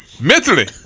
Mentally